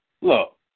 look